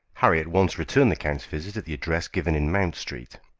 harry at once returned the count's visit at the address given in mount street.